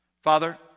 Father